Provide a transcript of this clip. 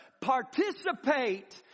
participate